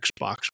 Xbox